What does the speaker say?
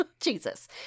Jesus